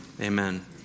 amen